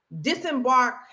disembark